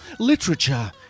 literature